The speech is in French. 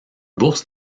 bourse